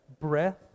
breath